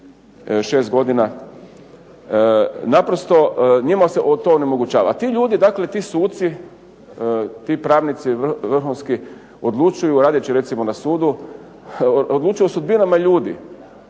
6 godina. Naprosto njima se to onemogućava. Ti ljudi, dakle ti suci, ti pravnici vrhunski odlučuju radeći recimo na sudu, odlučuju o sudbinama ljudi,